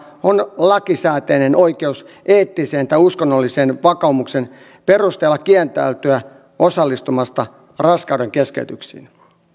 on lakisääteinen oikeus eettisen tai uskonnollisen vakaumuksen perusteella kieltäytyä osallistumasta raskaudenkeskeytyksiin